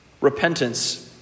repentance